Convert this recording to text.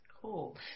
Cool